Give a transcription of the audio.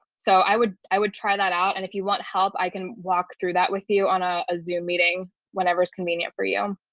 so i would i would try that out and if you want help, i can walk through that with you on a zoom meeting whenever it's convenient for you